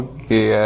Okay